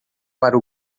para